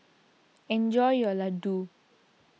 enjoy your Ladoo